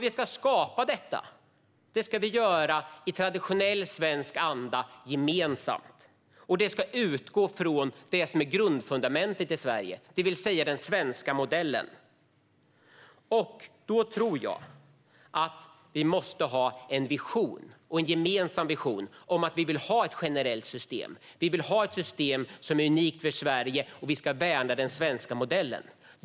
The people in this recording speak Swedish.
Vi ska skapa detta i traditionell svensk anda - gemensamt. Det ska utgå från det som är grundfundamentet i Sverige, det vill säga den svenska modellen. Då tror jag att vi måste ha en gemensam vision om ett generellt system, ett system som är unikt för Sverige, och att vi ska värna den svenska modellen.